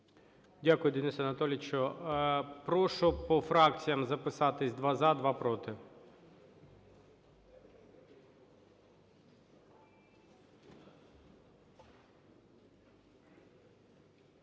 Дякую, Денисе Анатолійовичу. Прошу по фракціях записатися: два – за, два – проти.